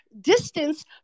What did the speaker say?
distance